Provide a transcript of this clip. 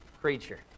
creature